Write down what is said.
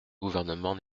gouvernement